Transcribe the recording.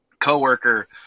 co-worker